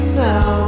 now